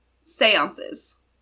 seances